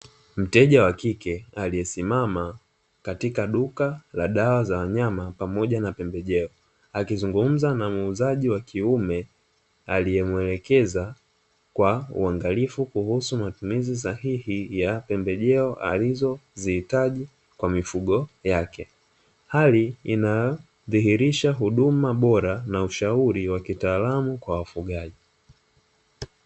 Mteja wa kike aliyesimama, katika duka la dawa za wanyama, pamoja na pembejeo, akizungumza na muuzaji wa kiume, aliyemuelekeza kwa uangalifu kuhusu matumizi sahihi ya pembejeo alizozihitaji kwa mifugo yake, hali inadhihirisha huduma bora na ushauri wa kitaalamu kwa wafugaji.